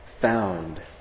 found